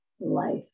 life